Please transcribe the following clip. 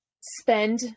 spend